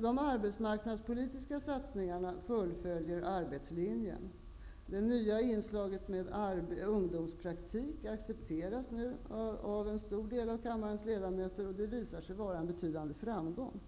De arbetsmarknadspolitiska satsningarna fullföljer arbetslinjen. Det nya inslaget med ungdomspraktik accepteras nu av en stor del av kammarens ledamöter, och det har visat sig ha en betydande framgång.